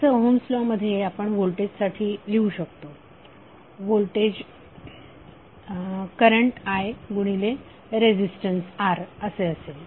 जसे Ohm's law मध्ये आपण व्होल्टेज साठी लिहू शकतो व्होल्टेज करंट I गुणिले रेजिस्टन्स R असेल